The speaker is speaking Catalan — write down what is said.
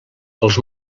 els